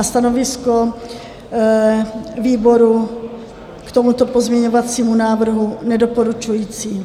Stanovisko výboru k tomuto pozměňovacímu návrhu: Nedoporučující.